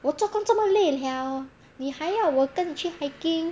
我做工这么累了你还要我跟你去 hiking